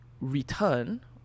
return